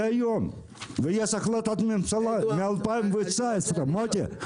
יש החלטת ממשלה מ-2019, מוטי.